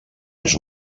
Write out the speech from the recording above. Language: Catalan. els